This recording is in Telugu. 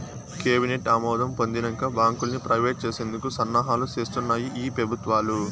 కేబినెట్ ఆమోదం పొందినంక బాంకుల్ని ప్రైవేట్ చేసేందుకు సన్నాహాలు సేస్తాన్నాయి ఈ పెబుత్వాలు